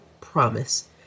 promise